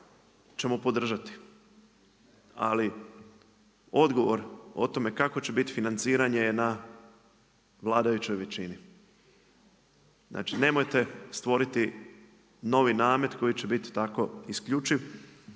ćemo podržati ali odgovor o tome kakvo će biti financiranje je na vladajućoj većini. Znači nemojte stvoriti novi namet koji će biti tako isključiv